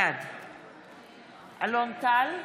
בעד אלון טל,